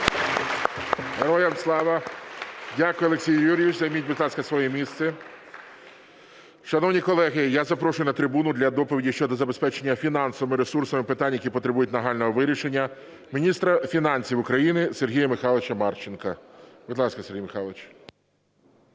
Дякую, Олексій Юрійович, займіть, будь ласка, своє місце. Шановні колеги, я запрошую на трибуну для доповіді щодо забезпечення фінансовими ресурсами питань, які потребують нагального вирішення, міністра фінансів України Сергія Михайловича Марченка. Будь ласка, Сергій Михайлович.